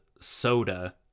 Soda